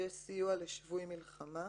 "סיוע לשבוי מלחמה"